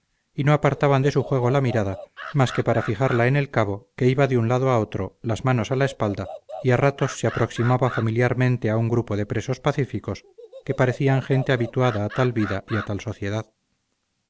y no apartaban de su juego la mirada más que para fijarla en el cabo que iba de un lado a otro las manos a la espalda y a ratos se aproximaba familiarmente a un grupo de presos pacíficos que parecían gente habituada a tal vida y a tal sociedad